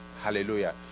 Hallelujah